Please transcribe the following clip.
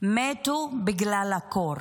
מתו בגלל הקור,